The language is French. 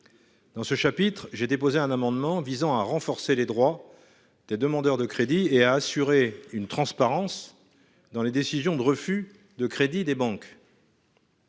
Dans ce chapitre, j'ai déposé un amendement visant à renforcer les droits des demandeurs de crédit et à assurer une transparence dans les décisions de refus de crédit des banques.